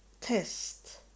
test